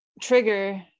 trigger